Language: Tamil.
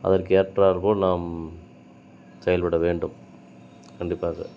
அதற்கு ஏற்றாற் போல் நாம் செயல்பட வேண்டும் கண்டிப்பாக